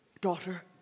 Daughter